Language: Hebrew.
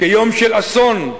כיום של אסון.